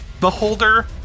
Beholder